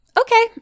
Okay